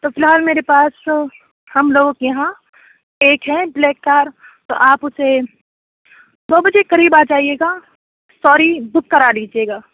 تو فی الحال میرے پاس ہم لوگوں کے یہاں ایک ہے بلیک کار تو آپ اُسے دو بجے کے قریب آ جائیے گا ساری بک کرا لیجیے گا